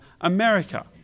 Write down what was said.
America